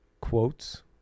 quotes